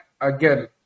again